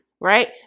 right